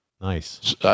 Nice